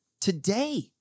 Today